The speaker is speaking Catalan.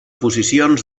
posicions